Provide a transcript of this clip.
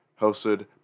hosted